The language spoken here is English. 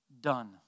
Done